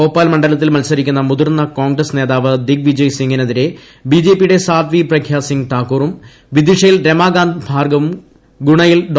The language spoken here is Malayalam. ഭോപ്പാൽ മണ്ഡലത്തിൽ മത്സരിക്കുന്ന മുതിർന്ന കോൺഗ്രസ് നേതാവ് ദിഗ്വിജയ് സിംഗിനെതിരെ ബി ജെ പിയുടെ സാത്വി പ്രഗ്യാ സിംഗ് താക്കൂറും വിദിഷയിൽ രമാകാന്ത് ഭാർഗവും ഗുണയിൽ ഡോ